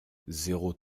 zéro